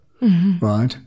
Right